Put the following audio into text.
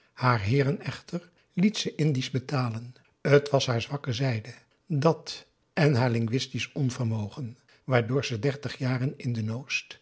haar heeren echter liet ze indisch betalen t was haar zwakke zijde dàt en haar linguistisch onvermogen waardoor ze dertig jaren in de